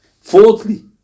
Fourthly